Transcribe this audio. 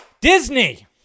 Disney